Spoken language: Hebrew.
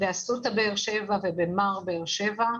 באסותא באר שבע ובמר באר שבע,